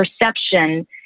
perception